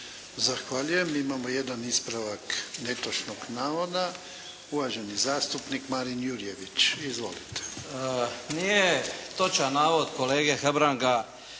Zahvaljujem. Imamo jedan ispravak netočnog navoda. Uvaženi zastupnik Marin Jurjević. Izvolite. **Jurjević, Marin (SDP)** Nije točan navod kolege Hebranga